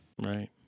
Right